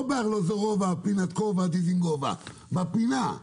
לא בארלוזורוב פינת דיזנגוף אלא בפינה,